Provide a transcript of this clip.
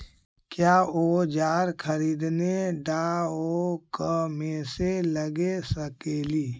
क्या ओजार खरीदने ड़ाओकमेसे लगे सकेली?